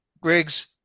Griggs